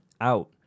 out